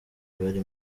bari